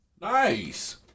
Nice